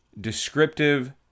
descriptive